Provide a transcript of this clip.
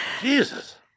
jesus